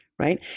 Right